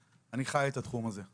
בגדול, מעבר להשמה עצמה, אצלנו זה לא